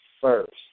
first